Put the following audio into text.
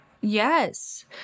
Yes